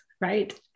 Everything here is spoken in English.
right